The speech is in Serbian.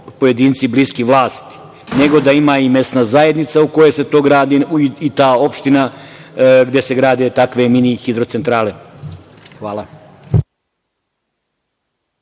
pojedinci bliski vlasti, nego da ima i mesna zajednica u kojoj se to gradi i ta opština gde se grade takve mini hidrocentrale. Hvala.